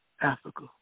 Africa